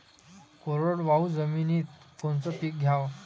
कोरडवाहू जमिनीत कोनचं पीक घ्याव?